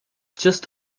just